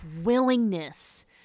willingness